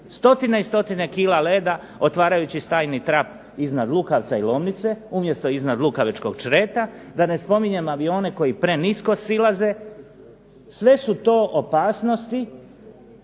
stotine i stotine kila leda otvarajući stajni trap iznad Lukaca i Lomnice, umjesto iznad Lukavečkog Čreta, da ne spominjem avione koji prenisko silaze. Sve su to opasnosti